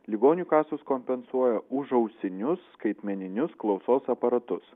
ligonių kasos kompensuoja užausinius skaitmeninius klausos aparatus